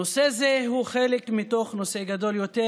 נושא זה הוא חלק מתוך נושא גדול יותר,